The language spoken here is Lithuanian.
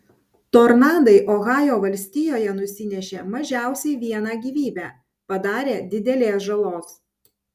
tornadai ohajo valstijoje nusinešė mažiausiai vieną gyvybę padarė didelės žalos